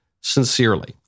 sincerely